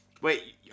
Wait